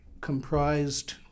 comprised